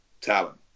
talent